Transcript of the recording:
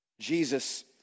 Jesus